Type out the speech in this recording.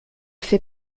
fait